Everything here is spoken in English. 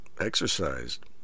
exercised